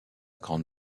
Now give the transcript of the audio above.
grande